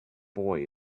boy